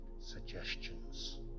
suggestions